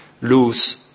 lose